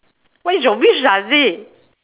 what is your wish lah